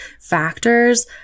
factors